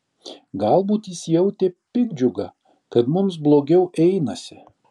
galbūt jis jautė piktdžiugą kad mums blogiau einasi